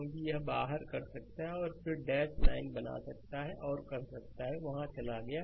क्योंकि यह बाहर कर सकता है और फिर डैश लाइन बना सकता है और कर सकता है वहां चला गया